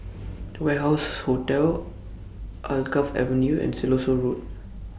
The Warehouse Hotel Alkaff Avenue and Siloso Road